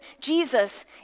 Jesus